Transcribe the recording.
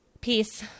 peace